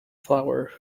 flower